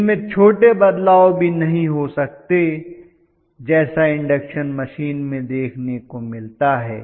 इनमें छोटे बदलाव भी नहीं हो सकते जैसा इंडक्शन मशीन में देखने को मिलता है